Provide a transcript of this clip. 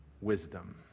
wisdom